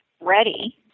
ready